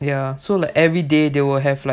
ya so like every day they will